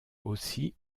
aussi